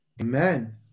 Amen